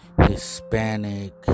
Hispanic